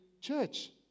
church